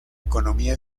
economía